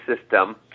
system